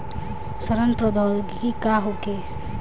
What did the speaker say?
सड़न प्रधौगिकी का होखे?